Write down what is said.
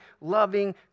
loving